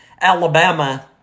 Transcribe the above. Alabama